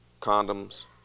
condoms